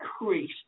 increase